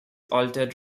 altered